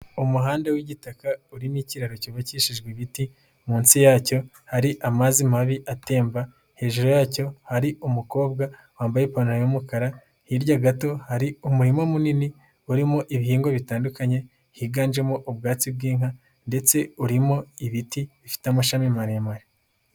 Umuhanda w'igitaka urimo ikiraro kivukishijwe ibiti, munsi yacyo hari amazi mabi atemba, hejuru yacyo hari umukobwa wambaye ipantaro y'umukara, hirya gato hari umurima munini urimo ibihingwa bitandukanye higanjemo ubwatsi bw'inka ndetse urimo ibitifite amashami maremare.